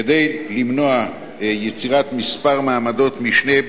כדי למנוע יצירת מספר מעמדות משנה,